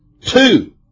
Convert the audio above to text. Two